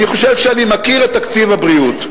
אני חושב שאני מכיר את תקציב הבריאות.